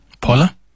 paula